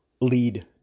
lead